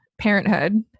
parenthood